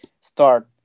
start